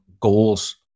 goals